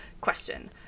question